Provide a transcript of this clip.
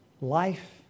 life